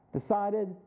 decided